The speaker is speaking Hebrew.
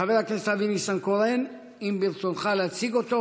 חבר הכנסת אבי ניסנקורן, אם ברצונך להציג אותו